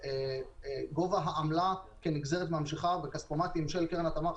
גובה העמלה כנגזרת מהמשיכה בכספומטים של קרן התמר,